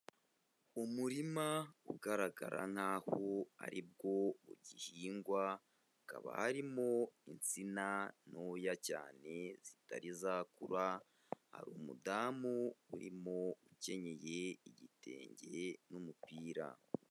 Umurima ugaragara nk'aho ari bwo ugihingwa, hakaba harimo insina ntoya cyane zitari zakura, hari umudamu urimo ukenyeye igitenge n'umupira.